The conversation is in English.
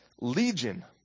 Legion